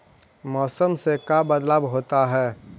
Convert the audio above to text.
मौसम से का बदलाव होता है?